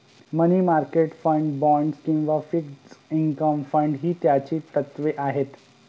मनी market fund, bonds किंवा fixed income fund ही त्याची तत्त्वे आहेत